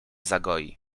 zagoi